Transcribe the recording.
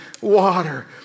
water